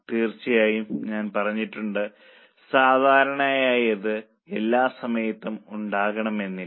തീർച്ചയായും ഞാൻ പറഞ്ഞിട്ടുണ്ട് സാധാരണയായി അത് എല്ലാ സമയത്തും ഉണ്ടാകണമെന്നില്ല